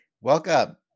Welcome